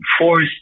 force